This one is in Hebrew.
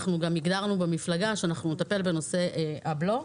אנחנו גם הגדרנו במפלגה שאנחנו נטפל בנושא הבלו.